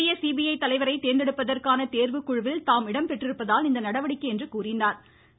புதிய ச சிபிஐ தலைவரை தேர்ந்தெடுப்பதற்கான தேர்வுக்குழுவில் தாம் இடம்பெற்றிருப்பதால் இந்நடவடிக்கை என்றாா